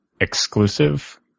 exclusive